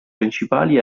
principali